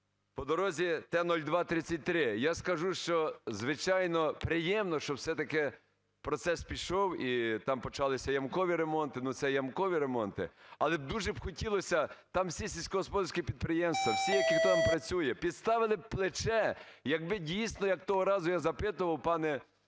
по дорозі Т 0233. Я скажу, що звичайно приємно, що все-таки процес пішов, і там почалися ямкові ремонти. Ну це ямкові ремонти. Але дуже б хотілося… там сільськогосподарські підприємства, всі. які там працюють, підставили б плече, якби, дійсно, як того разу я запитував, пане